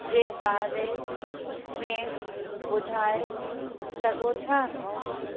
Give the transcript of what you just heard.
जे बारे में ॿुधाए सघो था